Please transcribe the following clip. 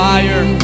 Fire